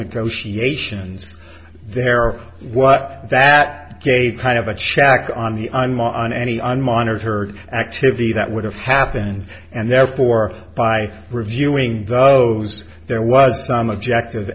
negotiations there or what that gave kind of a check on the on any unmonitored activity that would have happened and therefore by reviewing those there was some objective